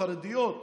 חרדיות,